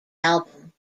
album